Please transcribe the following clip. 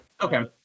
Okay